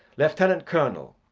lieutenant-colonel,